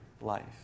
life